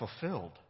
fulfilled